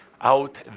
out